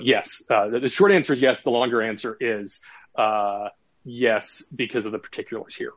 yes there's a short answer is yes the longer answer is yes because of the particulars here